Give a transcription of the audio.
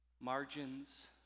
Margins